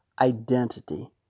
identity